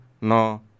no